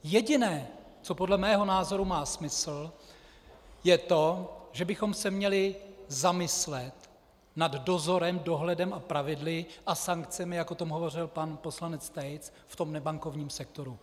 Jediné, co podle mého názoru má smysl, je to, že bychom se měli zamyslet nad dozorem, dohledem a pravidly a sankcemi, jak o tom hovořil pan poslanec Tejc, v nebankovním sektoru.